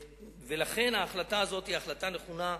לכן, ההחלטה הזאת היא החלטה נכונה,